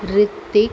Hrithik